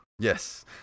Yes